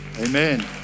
Amen